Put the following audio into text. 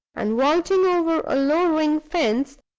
and, vaulting over a low ring fence,